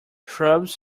shrubs